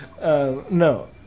no